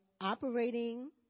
operating